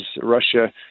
Russia